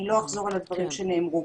אני לא אחזור על הדברים שנאמרו.